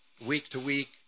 week-to-week